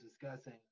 discussing